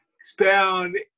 expound